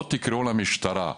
או תקראו למשטרה.